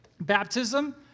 Baptism